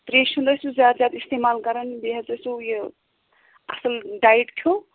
ترٛیشہِ ہُنٛد ٲسِو زیادٕ زیادٕ استعمال کَران بیٚیہِ حظ ٲسو یہِ اَصٕل ڈایِٹ کھیوٚو